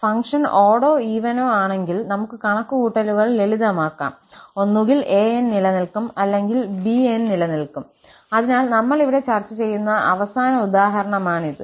അതിനാൽ ഫംഗ്ഷൻ ഓഡ്ഡോ ഈവനോ ആണെങ്കിൽനമുക്ക് കണക്കുകൂട്ടലുകൾ ലളിതമാക്കാം ഒന്നുകിൽ 𝑎𝑛 നിലനിൽക്കും അല്ലെങ്കിൽ 𝑏𝑛 നിലനിൽക്കും അതിനാൽ നമ്മൾ ഇവിടെ ചർച്ച ചെയ്യുന്ന അവസാന ഉദാഹരണമാണിത്